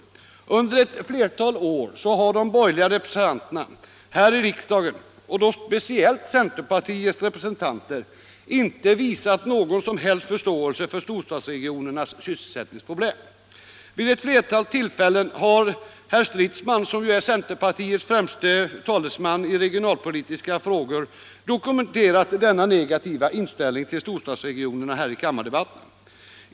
Under flera år har de borgerliga representanterna här i riksdagen, speciellt centerpartiets företrädare, inte visat någon som helst förståelse för storstadsregionernas sysselsättningsproblem. Vid ett flertal tillfällen har herr Stridsman, som ju är centerpartiets främste talesman i regionalpolitiska frågor, dokumenterat denna inställning i kammardebatterna.